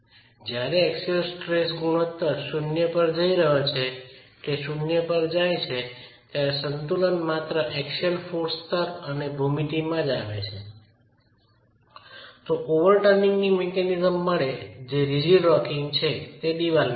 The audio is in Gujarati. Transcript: જ્યારે એક્સિયલ સ્ટ્રેસ ગુણોત્તર 0 પર જઈ રહ્યો છે અને તે 0 પર જાય છે ત્યારે સંતુલન માત્ર એક્સિયલ બળ સ્તર અને ભૂમિતિમાં જ આવે છે તો ઓવરટર્નિંગ ની મિકેનિઝમ મળે જે રિજીડ રોકિંગ છે જે દિવાલમાં થાય છે